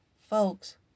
Folks